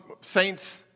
saints